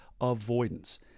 Avoidance